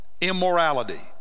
immorality